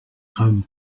home